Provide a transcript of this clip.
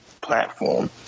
platform